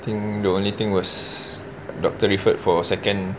think the only thing was doctor referred for second